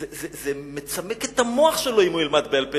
זה מצמק את המוח שלו אם הוא ילמד בעל-פה,